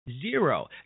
zero